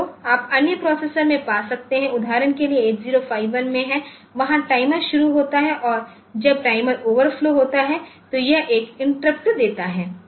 या तो आप अन्य प्रोसेसर में पा सकते है उदाहरण के लिए 8051 में हैवहा टाइमर शुरू होता है और जब टाइमर ओवरफ्लो होता है तो यह एक इंटरप्ट देता है